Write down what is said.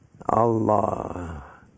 Allah